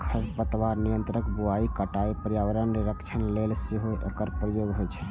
खरपतवार नियंत्रण, बुआइ, कटाइ, पर्यावरण निरीक्षण लेल सेहो एकर प्रयोग होइ छै